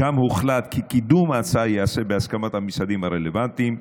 שם הוחלט כי קידום ההצעה ייעשה בהסכמת המשרדים הרלוונטיים,